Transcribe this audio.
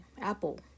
Apple